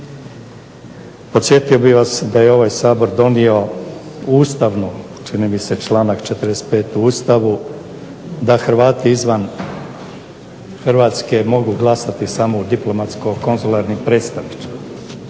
Podsjetio bih vas da je ovaj Sabor donio ustavnu čini mi se članak 45.u Ustavu da Hrvati izvan Hrvatske mogu glasati samo u diplomatsko-konzularnim predstavništvima.